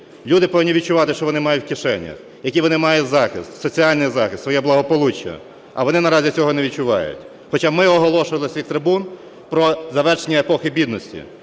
Люди повинні відчувати, що вони мають в кишенях, який вони мають захист, соціальний захист, своє благополуччя. А вони наразі цього не відчувають. Хоча ми оголошували з цих трибун про завершення епохи бідності.